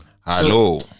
Hello